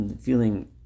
feeling